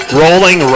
rolling